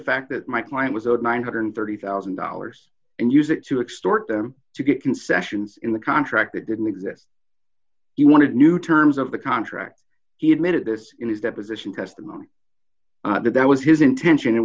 fact that my client was owed nine hundred and thirty thousand dollars and use it to extort them to get concessions in the contract that didn't exist you wanted new terms of the contract he admitted this in his deposition testimony that was his intention